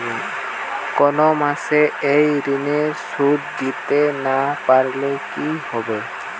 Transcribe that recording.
কোন মাস এ ঋণের সুধ দিতে না পারলে কি হবে?